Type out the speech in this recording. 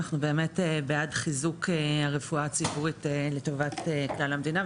אנחנו באמת בעד חיזוק הרפואה הציבורית לטובת כלל המדינה,